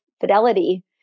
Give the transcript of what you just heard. fidelity